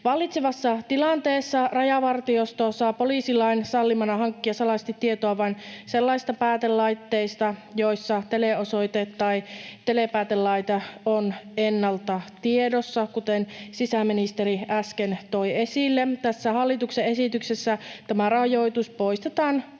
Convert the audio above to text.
Vallitsevassa tilanteessa Rajavartiosto saa poliisilain sallimana hankkia salaista tietoa vain sellaisista päätelaitteista, joissa teleosoite tai telepäätelaite on ennalta tiedossa, kuten sisäministeri äsken toi esille. Tässä hallituksen esityksessä tämä rajoitus poistetaan